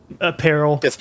apparel